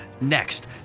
Next